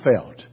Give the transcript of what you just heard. felt